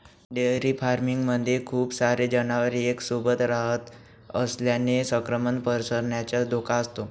dairy farming मध्ये खूप सारे जनावर एक सोबत रहात असल्याने संक्रमण पसरण्याचा धोका असतो